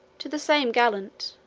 to the same gallant,